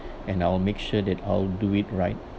and I'll make sure that I'll do it right